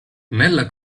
nella